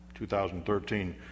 2013